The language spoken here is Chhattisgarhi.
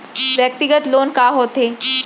व्यक्तिगत लोन का होथे?